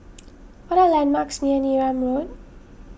what are the landmarks near Neram Road